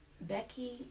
Becky